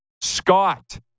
Scott